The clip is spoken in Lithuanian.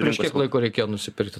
prieš kiek laiko reikėjo nusipirkti